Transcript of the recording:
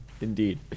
Indeed